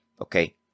Okay